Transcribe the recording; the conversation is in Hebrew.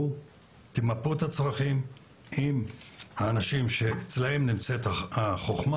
תמפו את הצרכים עם האנשים שאצלם נמצאת החוכמה